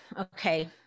okay